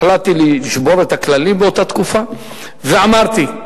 החלטתי לשבור את הכללים באותה תקופה, ואמרתי,